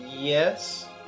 Yes